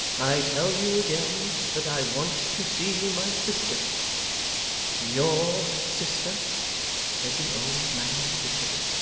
i tell you again that i want to see my sister your sister said the old man bitterly.